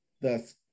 thus